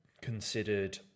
considered